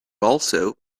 also